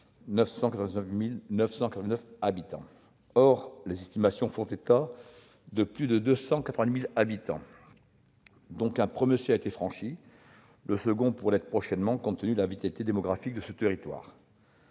999 habitants. Or les estimations font état de plus de 290 000 habitants au 1 janvier 2020 : un premier seuil a donc été franchi et le second pourrait l'être prochainement, compte tenu de la vitalité démographique de ce territoire.